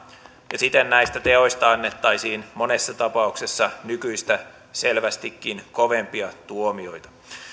ja siten näistä teoista annettaisiin monessa tapauksessa nykyistä selvästikin kovempia tuomioita